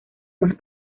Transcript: más